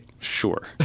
Sure